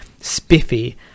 spiffy